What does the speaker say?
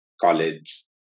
college